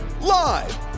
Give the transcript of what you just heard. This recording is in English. Live